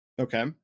Okay